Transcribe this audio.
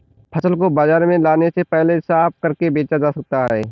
फसल को बाजार में लाने से पहले साफ करके बेचा जा सकता है?